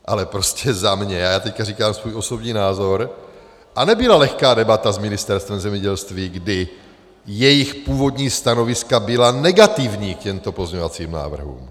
Ale prostě za mě, a já teď říkám svůj osobní názor a nebyla lehká debata s Ministerstvem zemědělství, kdy jejich původní stanoviska byla negativní k těmto pozměňovacím návrhům.